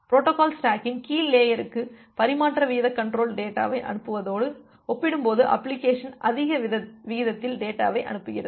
protocol ஸ்டேக்கின் கீழ் லேயருக்கு பரிமாற்ற வீதக் கன்ட்ரோல் டேட்டாவை அனுப்புவதோடு ஒப்பிடும்போது அப்ளிகேஷன் அதிக விகிதத்தில் டேட்டாவை அனுப்புகிறது